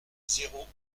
zéro